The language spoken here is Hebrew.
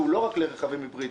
שהוא לא רק לרכבים היברידיים,